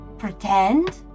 pretend